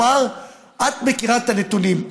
את מכירה את הנתונים.